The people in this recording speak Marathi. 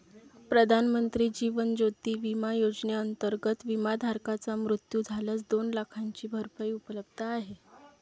प्रधानमंत्री जीवन ज्योती विमा योजनेअंतर्गत, विमाधारकाचा मृत्यू झाल्यास दोन लाखांची भरपाई उपलब्ध आहे